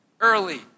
early